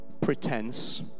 pretense